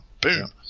boom